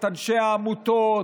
את אנשי העמותות,